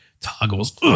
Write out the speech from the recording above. Toggles